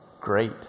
great